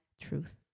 truth